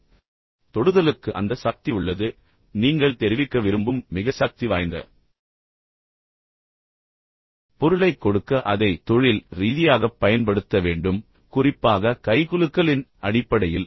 எனவே தொடுதலுக்கு அந்த சக்தி உள்ளது ஆனால் நீங்கள் தெரிவிக்க விரும்பும் மிக சக்திவாய்ந்த பொருளைக் கொடுக்க அதை தொழில் ரீதியாகப் பயன்படுத்த வேண்டும் குறிப்பாக கைகுலுக்கலின் அடிப்படையில்